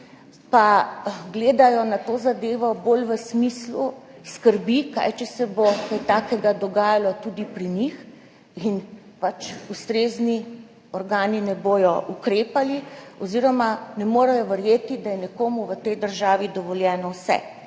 pa gledajo na to zadevo bolj v smislu skrbi, kaj če se bo kaj takega dogajalo tudi pri njih in ustrezni organi ne bodo ukrepali, oziroma ne morejo verjeti, da je nekomu v tej državi dovoljeno vse.